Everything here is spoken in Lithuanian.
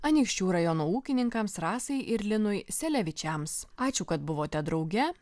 anykščių rajono ūkininkams rasai ir linui selevičiams ačiū kad buvote drauge